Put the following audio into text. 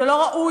זה לא ראוי.